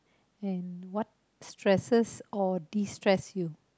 and what stresses or destress you